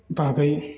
बागै